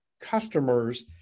customers